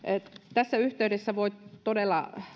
tässä yhteydessä voi todella